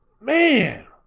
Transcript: Man